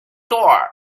door